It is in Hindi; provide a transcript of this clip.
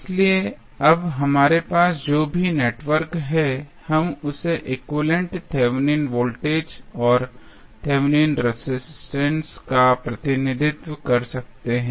इसलिए अब हमारे पास जो भी नेटवर्क है हम उसके एक्विवैलेन्ट थेवेनिन वोल्टेज और थेवेनिन रेजिस्टेंस का प्रतिनिधित्व कर सकते हैं